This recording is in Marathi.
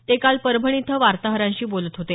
ते काल परभणी इथं वार्ताहरांशी बोलत होते